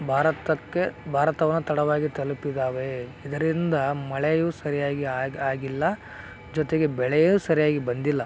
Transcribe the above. ಭಾರತಕ್ಕೆ ಭಾರತವನ್ನು ತಡವಾಗಿ ತಲುಪಿದ್ದಾವೆ ಇದರಿಂದ ಮಳೆಯು ಸರಿಯಾಗಿ ಆಗಿ ಆಗಿಲ್ಲ ಜೊತೆಗೆ ಬೆಳೆಯು ಸರಿಯಾಗಿ ಬಂದಿಲ್ಲ